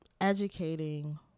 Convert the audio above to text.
educating